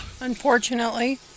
unfortunately